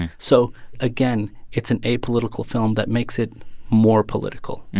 so again, it's an apolitical film that makes it more political